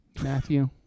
Matthew